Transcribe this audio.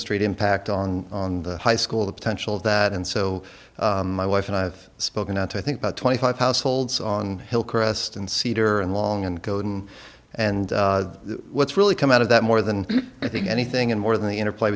straight impact on on the high school the potential of that and so my wife and i have spoken out i think about twenty five households on hillcrest and cedar and long and golden and what's really come out of that more than i think anything and more than the interplay